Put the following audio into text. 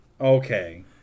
Okay